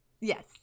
Yes